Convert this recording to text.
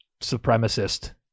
supremacist